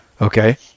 Okay